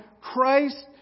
Christ